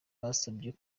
basabye